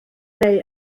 neu